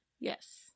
Yes